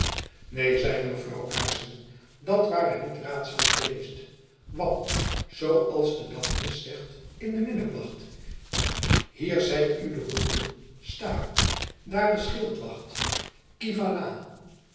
neen zeide mevrouw aarssen dat ware niet raadzaam geweest want zoo als de dafnis zegt in de minneklacht hier zeit u de ronde sta daer de schildwacht